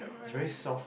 it's very soft